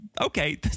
okay